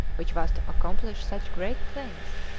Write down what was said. which was to accomplish such great things,